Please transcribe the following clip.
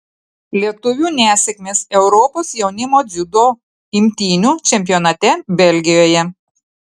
lietuvių nesėkmės europos jaunimo dziudo imtynių čempionate belgijoje